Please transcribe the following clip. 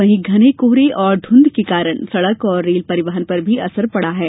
वहीं घने कोहरे और धुंध के कारण सड़क और रेल परिवहन पर भी असर पड़ा है